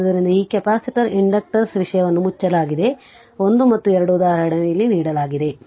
ಆದ್ದರಿಂದ ಈ capacitor inductors ವಿಷಯವನ್ನು ಮುಚ್ಚಲಾಗಿದೆ 1 ಮತ್ತು 2 ಉದಾಹರಣೆಯನ್ನು ಇಲ್ಲಿ ನೀಡಲಾಗಿದೆ